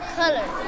color